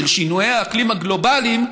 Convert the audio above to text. של שינויי האקלים הגלובליים,